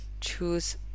choose